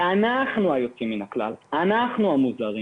אנחנו היינו היוצאים מהכלל, אנחנו המוזרים.